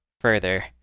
further